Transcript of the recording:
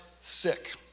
sick